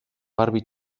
garbi